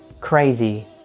crazy